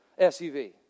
SUV